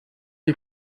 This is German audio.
die